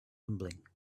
rumbling